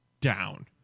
down